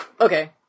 Okay